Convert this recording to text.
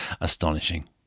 astonishing